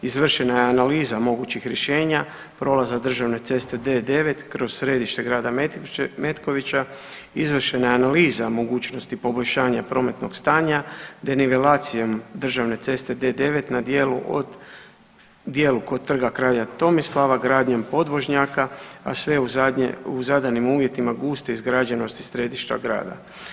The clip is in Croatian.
Izvršena je analiza mogućih rješenja prolaze državne ceste D9 kroz središte grada Metkovića, izvršena je analiza mogućnosti poboljšanja prometnog stanja denivelacijom državne ceste D9 na dijelu od, dijelu kod Trga kralja Tomislava gradnjom podvožnjaka, a sve u zadnje, zadanim uvjetima guste izgrađenosti središta grada.